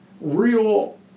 real